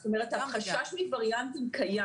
זאת אומרת שהחשש מווריאנטים קיים.